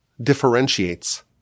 differentiates